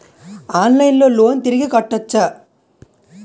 ఆన్లైన్లో లోన్ తిరిగి కట్టోచ్చా?